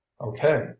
okay